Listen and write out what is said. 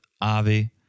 Avi